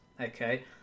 okay